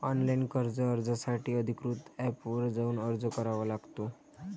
online कर्ज अर्जासाठी अधिकृत एपवर जाऊन अर्ज करावा लागतो